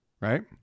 right